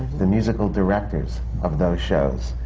the musical directors of those shows,